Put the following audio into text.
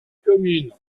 commune